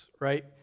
right